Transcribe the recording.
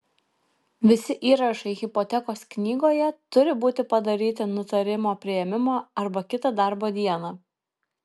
visi įrašai hipotekos knygoje turi būti padaryti nutarimo priėmimo arba kitą darbo dieną